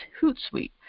Hootsuite